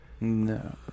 No